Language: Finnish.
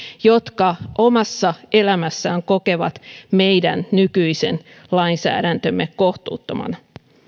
jotka omassa elämässään kokevat meidän nykyisen lainsäädäntömme kohtuuttomaksi